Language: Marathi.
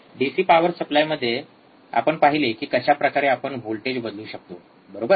डिसी पॉवर सप्लायमध्ये आपण पाहिले कि कशाप्रकारे आपण वोल्टेज बदलू शकतो बरोबर